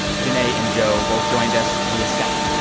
janea and joe both joined us via skype.